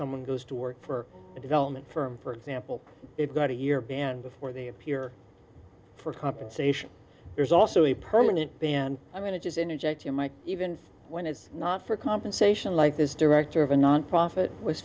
someone goes to work for a development firm for example it's got a year ban before they appear for compensation there's also a permanent ban i'm going to just interject you might even when it's not for compensation like this director of a nonprofit was